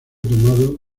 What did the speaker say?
tomado